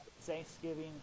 thanksgiving